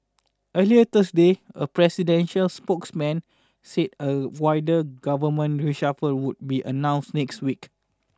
earlier Thursday a presidential spokesman said a wider government reshuffle would be announced next week